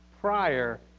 prior